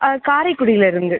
காரைக்குடிலேருந்து